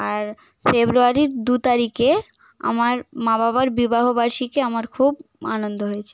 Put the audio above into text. আর ফেব্রুয়ারির দু তারিখে আমার মা বাবার বিবাহ বার্ষিকী আমার খুব আনন্দ হয়েছে